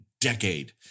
decade